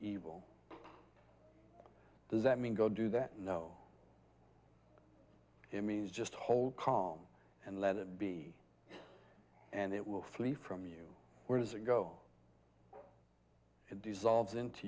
evil does that mean go do that no it means just hold calm and let it be and it will flee from you where does it go and dissolves into